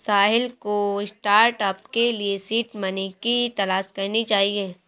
साहिल को स्टार्टअप के लिए सीड मनी की तलाश करनी चाहिए